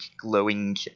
glowing